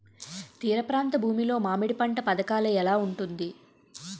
తీర ప్రాంత భూమి లో మామిడి పంట పథకాల ఎలా ఉంటుంది?